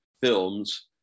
films